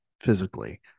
physically